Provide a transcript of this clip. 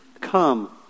Come